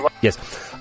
Yes